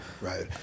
right